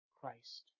Christ